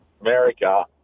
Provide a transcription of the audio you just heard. America